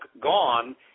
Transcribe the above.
gone